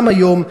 גם היום,